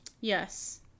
Yes